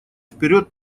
вперед